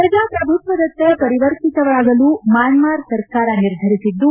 ಪ್ರಜಾಪ್ರಭುತ್ವದತ್ತ ಪರಿವರ್ತಿತವಾಗಲು ಮ್ಯಾನ್ಮ್ ಸರ್ಕಾರ ನಿರ್ಧರಿಸಿದ್ದು